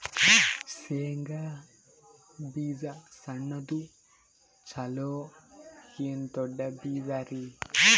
ಶೇಂಗಾ ಬೀಜ ಸಣ್ಣದು ಚಲೋ ಏನ್ ದೊಡ್ಡ ಬೀಜರಿ?